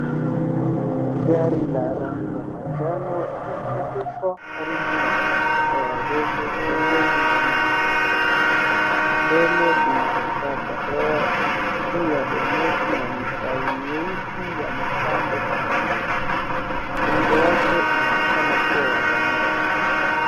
Gari la rangi ya manjano limeegeshwa karibu na ukuta wa zege penmeni ya nyasi. Mbele lina kifaa cha hewa. Juu ya boneti ina mistari meusi ya mapambo kando. Muundo wake unaoekana kuwa wa zamani.